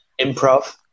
improv